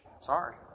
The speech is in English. Sorry